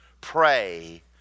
pray